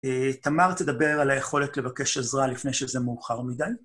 תמר תדבר על היכולת לבקש עזרה לפני שזה מאוחר מדי.